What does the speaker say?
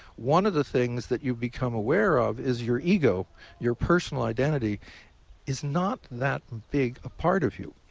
one of the things that you become aware of is your ego your personal identity is not that big a part of you.